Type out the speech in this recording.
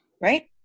right